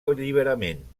alliberament